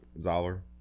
zoller